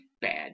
bad